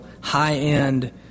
high-end